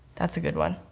that's a good one.